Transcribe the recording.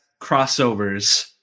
crossovers